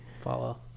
Follow